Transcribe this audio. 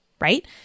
right